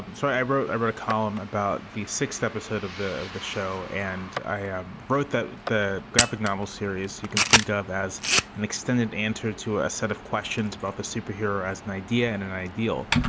and so i wrote i wrote a column about the sixth episode of the the show and i um wrote that the graphic novel series you can think of as an extended answer to a set of questions about the superhero as an idea and an ideal.